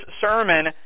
sermon